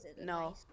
No